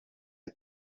are